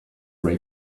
ray